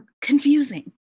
confusing